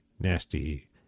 nasty